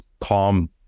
calm